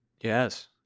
Yes